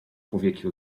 powieki